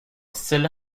style